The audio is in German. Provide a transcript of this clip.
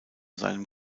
seinem